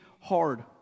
hard